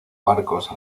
barcos